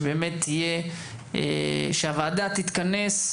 שכשהוועדה תתכנס,